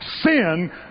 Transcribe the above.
Sin